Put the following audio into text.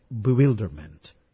bewilderment